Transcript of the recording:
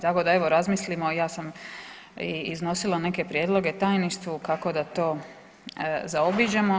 Tako da evo razmislimo, ja sam iznosila neke prijedloge Tajništvu kako da to zaobiđemo.